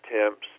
attempts